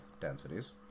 densities